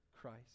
Christ